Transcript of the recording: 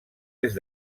est